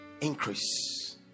increase